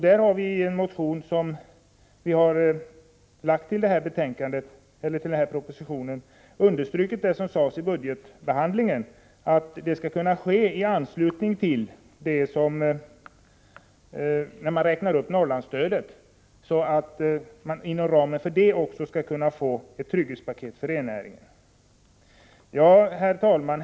Där har vi i en motion med anledning av propositionen understrukit det som sades vid budgetbehandlingen, att det skall kunna ske i anslutning till uppräkningen av Norrlandsstödet, så att man inom den ramen också kan få ett trygghetspaket för rennäringen. Herr talman!